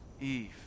Eve